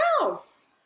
else